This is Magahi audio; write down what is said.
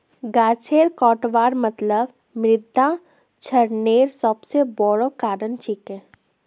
गाछेर कटवार मतलब मृदा क्षरनेर सबस बोरो कारण छिके